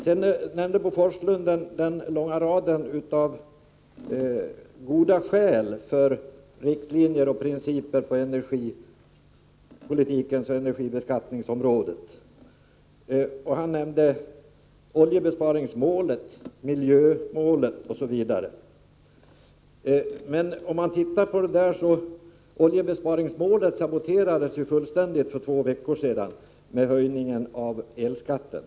Bo Forslund anförde en lång rad goda skäl för att vi skall ha riktlinjer och principer på energipolitikens och energibeskattningens område. Han nämnde bl.a. oljebesparingsmålet och miljömålet. Men om vi till att börja med ser på oljebesparingsmålet, finner vi att detta saboterades fullständigt för två veckor sedan genom höjningen av elskatten.